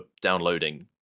downloading